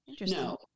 No